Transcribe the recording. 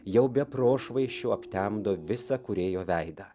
jau be prošvaisčių aptemdo visą kūrėjo veidą